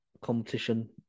competition